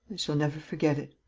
shall never forget it.